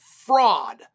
fraud